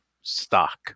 stock